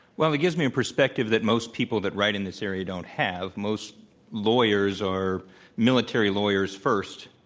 well, it gives me a perspective that most people that write in this area don't have. most lawyers are military lawyers first.